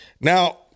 Now